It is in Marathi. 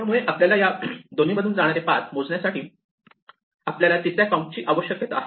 त्यामुळे या दोन्हींमधून जाणारे पाथ मोजण्यासाठी आपल्याला तिसऱ्या काउंटची आवश्यकता आहे